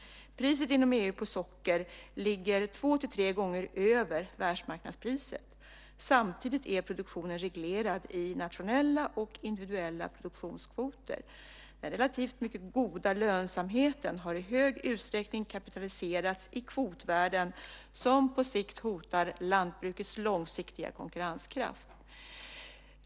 Priset inom EU på socker ligger två till tre gånger över världsmarknadspriset. Samtidigt är produktionen reglerad i nationella och individuella produktionskvoter. Den relativt mycket goda lönsamheten har i stor utsträckning kapitaliserats i kvotvärden som på sikt hotar lantbrukets långsiktiga konkurrenskraft.